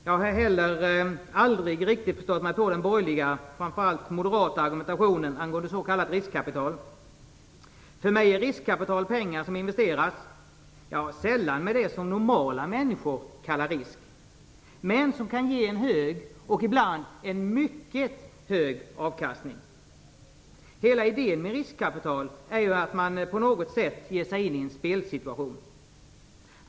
Jag har heller aldrig riktigt förstått mig på den borgerliga, framför allt moderata, argumentationen angående s.k. riskkapital. För mig är riskkapital pengar som investeras, sällan med det som normala människor kallar risk, men som kan ge en hög, ibland en mycket hög, avkastning. Hela idéen med riskkapital är ju att man på något sätt ger sig in i en spelsituation.